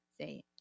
say